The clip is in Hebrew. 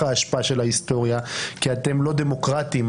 האשפה של ההיסטוריה כי אתם לא דמוקרטים.